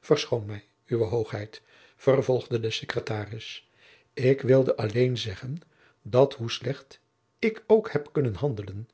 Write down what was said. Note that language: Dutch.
verschoon mij uwe hoogheid vervolgde de secretaris ik wilde alleen zeggen dat hoe slecht ik ook heb kunnen handelen